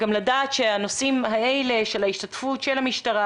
אני רוצה לדעת שהנושאים האלה של ההשתתפות של המשטרה,